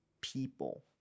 people